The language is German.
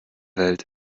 welt